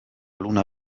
luna